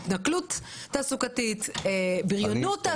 התנכלות תעסוקתית, בריונות תעסוקתית?